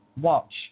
watch